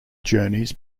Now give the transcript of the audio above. journeys